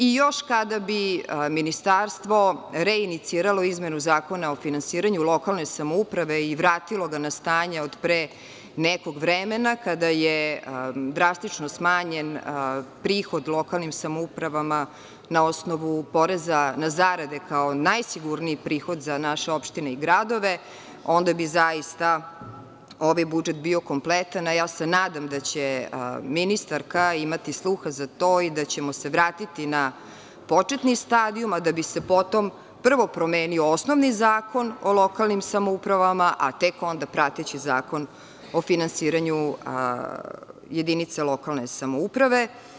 Još kada bi Ministarstvo reiniciralo izmenu Zakona o finansiranju lokalne samouprave i vratilo ga na stanje od pre nekog vremena kada je drastično smanjen prihod lokalnim samoupravama na osnovu poreza na zarade, kao najsigurniji prihod za naše opštine i gradove, onda bi zaista ovaj budžet bio kompletan, a ja se nadam da će ministarka imati sluha za to i da ćemo se vratiti na početni stadijum, a da se potom prvo promenio osnovni Zakon o lokalnim samoupravama, a tek onda prateći Zakon o finansiranju jedinica lokalne samouprave.